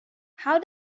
how